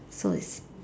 so it's